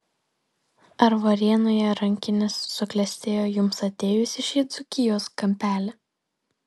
ar varėnoje rankinis suklestėjo jums atėjus į šį dzūkijos kampelį